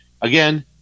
again